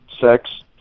Sex